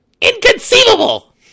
Inconceivable